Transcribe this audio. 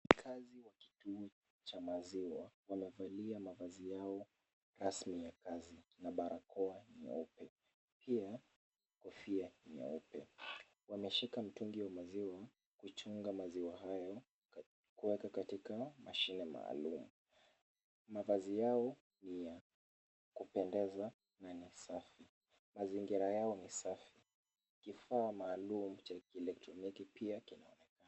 Wafanyikazi wa kituo cha maziwa, wamevalia mavazi yao rasmi ya kazi na barakoa nyeupe pia, kofia nyeupe. Wameshika mtungi wa maziwa kuchunga maziwa haya kuweka katika mtungi maalum. Mavazi yao ni ya kupendeza na ni safi. Mazingira yao ni safi. Kifaa cha kielektroniki pia kinaonekana.